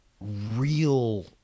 real